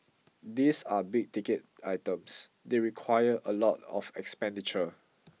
these are big ticket items they require a lot of expenditure